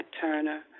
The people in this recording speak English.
Turner